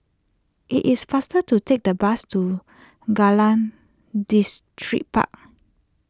it is faster to take the bus to Kallang Distripark